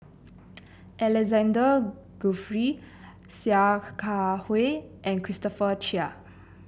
Alexander Guthrie Sia Kah Hui and Christopher Chia